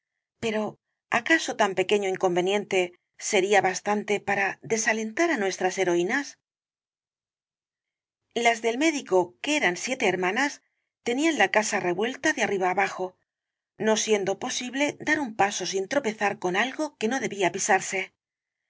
pero acaso tan pequeño inconveniente sería bastante para desalentar á nuestras heroínas las del médico que eran siete hermanas tenían la casa revuelta de arriba abajo no siendo posible dar un paso sin tropezar con algo que no debía pisarse